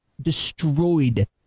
destroyed